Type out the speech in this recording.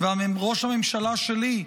ראש הממשלה שלי,